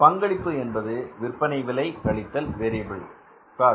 பங்களிப்பு என்பது விற்பனை விலை கழித்தல் வேரியபில் காஸ்ட்